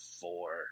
four